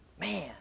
Man